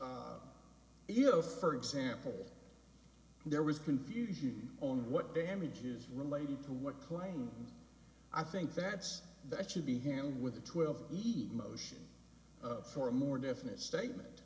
know for example there was confusion on what damages related to what claim i think that's that should be hanging with a twelve eat motion for a more definite statement